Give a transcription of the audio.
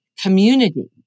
community